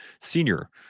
senior